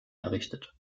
errichtet